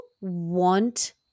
want